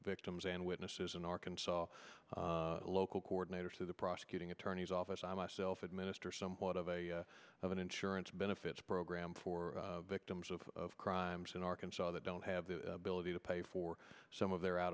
victims and witnesses in arkansas local coordinator to the prosecuting attorneys office i myself administer somewhat of a of an insurance benefits program for victims of crimes in arkansas that don't have the ability to pay for some of their out